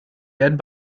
werden